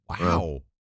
Wow